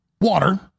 water